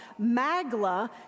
Magla